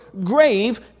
grave